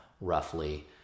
roughly